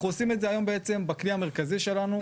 אנחנו עושים את זה היום בעצם בכלי המרכזי שלנו,